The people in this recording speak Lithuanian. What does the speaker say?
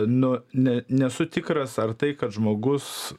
nu ne nesu tikras ar tai kad žmogus